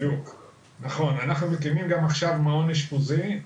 אנחנו מקימים עכשיו גם מעון אשפוזי,